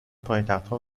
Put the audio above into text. پایتختها